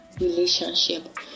relationship